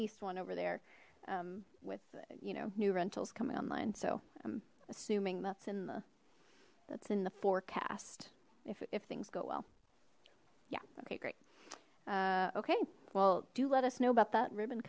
least one over there with you know new rentals coming online so i'm assuming that's in the that's in the forecast if things go well yeah okay great okay well do let us know about that r